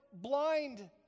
blind